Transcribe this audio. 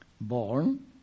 Born